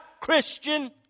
Christian